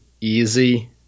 easy